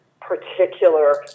particular